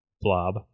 blob